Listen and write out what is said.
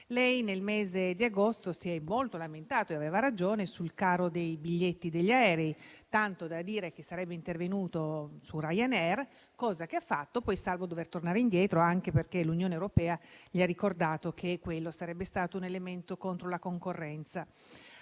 nel mese di agosto si è molto lamentato - e aveva ragione - sul caro dei biglietti aerei, tanto da dire che sarebbe intervenuto su Ryanair, cosa che ha fatto, salvo poi dover tornare indietro, anche perché l'Unione europea le ha ricordato che quello sarebbe stato un elemento contro la concorrenza;